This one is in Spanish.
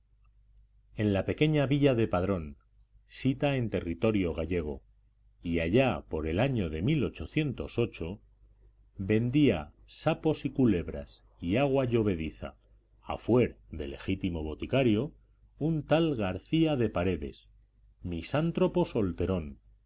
en la pequeña villa del padrón sita en territorio gallego y allá por el año de vendía sapos y culebras y agua llovediza a fuer de legítimo boticario un tal garcía de paredes misántropo solterón